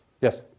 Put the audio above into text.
Yes